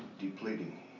depleting